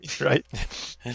Right